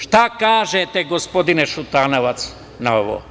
Šta kažete, gospodine Šutanovac, na ovo?